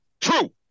True